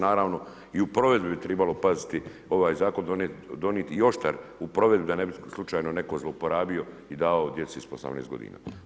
Naravno i u provedbi bi tribalo paziti, ovaj zakon donijeti i oštar u provedbi da ne bi slučajno netko zlouporabio i dao djeci ispod 18 godina.